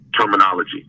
terminology